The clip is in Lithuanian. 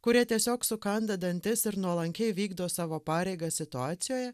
kurie tiesiog sukanda dantis ir nuolankiai vykdo savo pareigą situacijoje